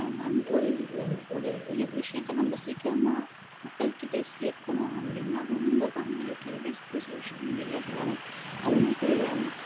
அவுங் அந் ஒரு ஒரு விஷயத்த நம்ம சீக்கிரமாக மக்கள்கிட்டே சேர்க்கணும் அப்படின்னா ரொம்ப பங்களிக்கிறது இந்த சோஷியல் மீடியா சொல்லலாம் அது மட்டும் இல்லாமல்